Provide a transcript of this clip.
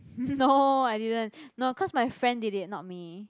no I didn't no cause my friend did it not me